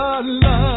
Love